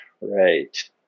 Right